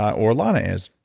or lana is.